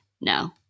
No